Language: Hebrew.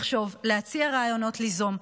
לחשוב, להציע רעיונות, ליזום.